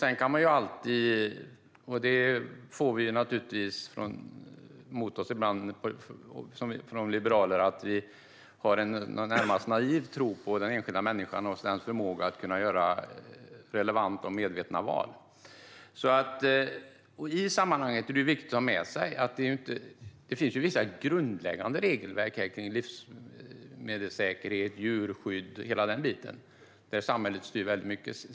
Vi som liberaler får naturligtvis ibland höra att vi har en närmast naiv tro på den enskilda människan och hennes förmåga att göra relevanta och medvetna val. I sammanhanget är det viktigt att ha med sig att det finns vissa grundläggande regelverk kring livsmedelssäkerhet, djurskydd och hela den biten. Där styr samhället väldigt mycket.